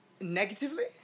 Negatively